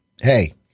hey